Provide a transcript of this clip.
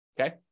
okay